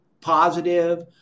positive